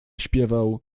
śpiewał